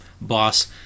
boss